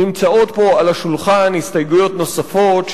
נמצאות פה על השולחן הסתייגויות נוספות,